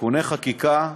(תיקוני חקיקה),